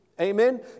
Amen